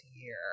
year